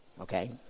okay